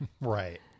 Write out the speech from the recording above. Right